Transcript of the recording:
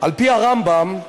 על-פי הרמב"ם,